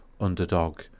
underdog